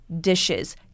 dishes